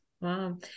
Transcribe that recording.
Wow